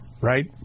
Right